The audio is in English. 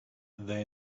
they